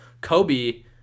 Kobe